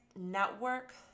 network